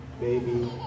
baby